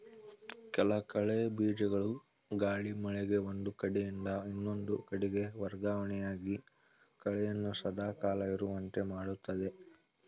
ಕೆಲ ಕಳೆ ಬೀಜಗಳು ಗಾಳಿ, ಮಳೆಗೆ ಒಂದು ಕಡೆಯಿಂದ ಇನ್ನೊಂದು ಕಡೆಗೆ ವರ್ಗವಣೆಯಾಗಿ ಕಳೆಯನ್ನು ಸದಾ ಕಾಲ ಇರುವಂತೆ ಮಾಡುತ್ತದೆ